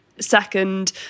Second